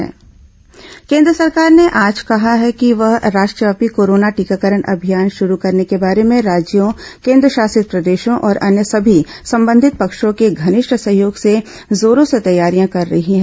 सरकार टीका तैयारियां केन्द्र सरकार ने आज कहा कि वह राष्ट्रव्यापी कोरोना टीकाकरण अभियान शुरू करने के बारे में राज्यों केंद्रशासित प्रदेशों और अन्य सभी संबंधित पक्षों के घनिष्ठ सहयोग से जोरों से तैयारियां कर रही हैं